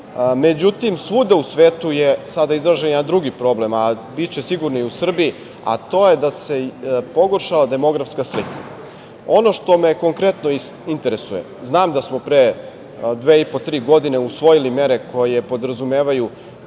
svuda u svetu je izražen jedan drugi problem, a biće sigurno i u Srbiji, a to je da se pogoršala demografska slika. Ono što me konkretno interesuje, znam da smo pre dve i po, tri godine usvojili mere koje podrazumevaju